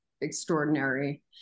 extraordinary